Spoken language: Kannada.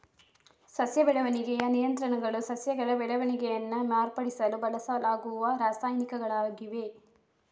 ಸಸ್ಯ ಬೆಳವಣಿಗೆಯ ನಿಯಂತ್ರಕಗಳು ಸಸ್ಯಗಳ ಬೆಳವಣಿಗೆಯನ್ನ ಮಾರ್ಪಡಿಸಲು ಬಳಸಲಾಗುವ ರಾಸಾಯನಿಕಗಳಾಗಿವೆ